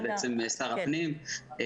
זה בעצם שר הפנים,